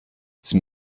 sie